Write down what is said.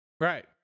Right